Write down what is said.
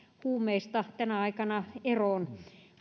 huumeista tänä aikana eroon